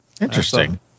Interesting